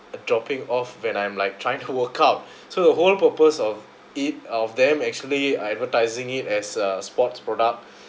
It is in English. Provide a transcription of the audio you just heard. uh dropping off when I'm like trying to workout so the whole purpose of it of them actually uh advertising it as a sports product